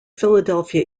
philadelphia